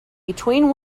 between